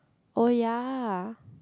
oh ya